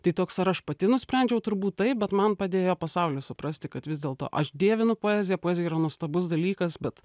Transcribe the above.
tai toks ar aš pati nusprendžiau turbūt taip bet man padėjo pasaulis suprasti kad vis dėlto aš dievinu poeziją poezija yra nuostabus dalykas bet